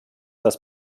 das